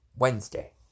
Wednesday